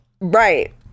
Right